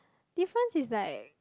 difference is like